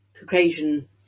Caucasian